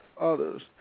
others